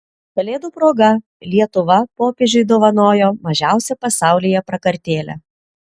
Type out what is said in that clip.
kalėdų proga lietuva popiežiui dovanojo mažiausią pasaulyje prakartėlę